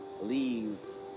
leaves